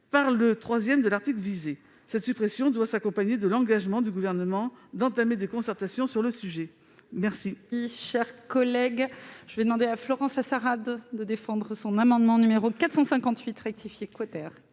par le III de l'article visé. Cette suppression doit s'accompagner de l'engagement du Gouvernement à entamer des concertations sur le sujet. La